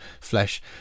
flesh